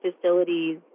facilities